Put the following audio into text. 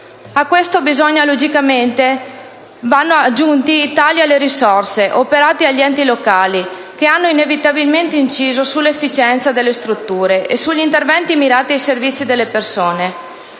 questo vanno aggiunti logicamente i tagli alle risorse operati agli enti locali che hanno inevitabilmente inciso sull'efficienza delle strutture e sugli interventi mirati ai servizi alla persona.